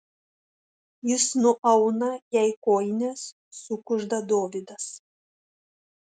jis nuauna jai kojines sukužda dovydas